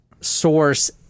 source